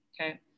okay